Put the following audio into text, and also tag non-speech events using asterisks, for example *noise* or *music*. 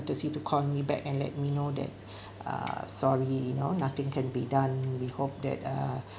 courtesy to call me back and let me know that *breath* err sorry you know nothing can be done we hope that uh